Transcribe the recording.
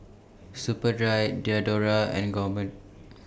Superdry Diadora and Gourmet